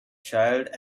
child